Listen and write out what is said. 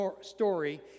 story